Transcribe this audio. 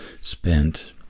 spent